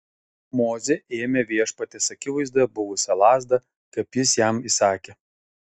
mozė ėmė viešpaties akivaizdoje buvusią lazdą kaip jis jam įsakė